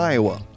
Iowa